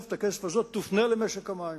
תוספת הכסף הזאת תופנה למשק המים.